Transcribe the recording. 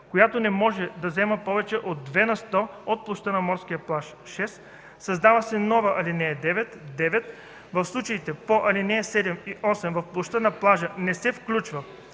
която не може да заема повече от две на сто от площта на морския плаж.” 6. Създава се нова ал. 9: „(9) В случаите по ал. 7 и 8 в площта на плажа не се включва